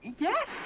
Yes